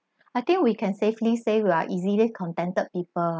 I think we can safely say we are easily contented people ah